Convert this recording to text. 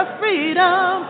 freedom